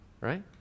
right